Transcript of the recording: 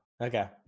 okay